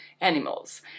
animals